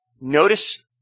Notice